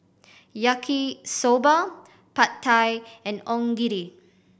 Yaki Soba Pad Thai and Onigiri